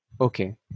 okay